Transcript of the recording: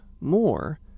more